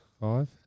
Five